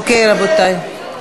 אוקיי, רבותי.